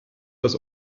das